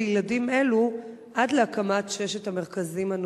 לילדים אלו עד להקמת ששת המרכזים הנוספים.